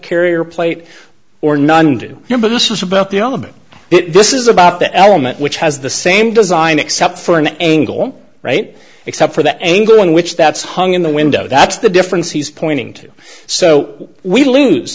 carrier plate or none do you know but this is about the element which has the same design except for an angle right except for the angle in which that's hung in the window that's the difference he's pointing to so we lose